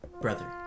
Brother